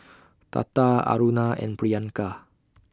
Tata Aruna and Priyanka